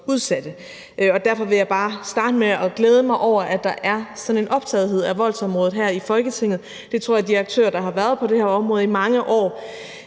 Derfor vil jeg bare starte med at glæde mig over, at der her i Folketinget er sådan en optagethed af voldsområdet. Jeg tror, at de aktører, der har været på det her område i mange år,